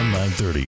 930